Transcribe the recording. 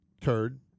turd